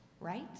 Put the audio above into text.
Right